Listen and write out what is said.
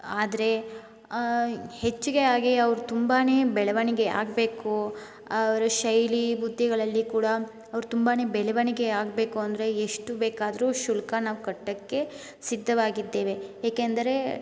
ಆದರೆ ಹೆಚ್ಚಿಗೆ ಆಗಿ ಅವ್ರು ತುಂಬ ಬೆಳವಣಿಗೆ ಆಗಬೇಕು ಅವ್ರ ಶೈಲಿ ಬುದ್ಧಿಗಳಲ್ಲಿ ಕೂಡ ಅವ್ರು ತುಂಬ ಬೆಳವಣಿಗೆ ಆಗಬೇಕು ಅಂದರೆ ಎಷ್ಟು ಬೇಕಾದರೂ ಶುಲ್ಕ ನಾವು ಕಟ್ಟೋಕ್ಕೆ ಸಿದ್ಧವಾಗಿದ್ದೇವೆ ಏಕೆಂದರೆ